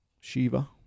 Shiva